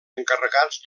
encarregats